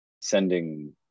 sending